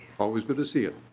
always good to see you.